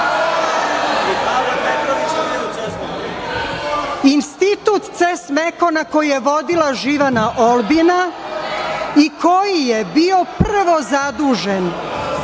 Institut „CES Mekona“ koji je vodila Živana Olbina i koji je bio prvo zadužen